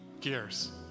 gears